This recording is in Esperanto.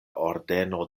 ordeno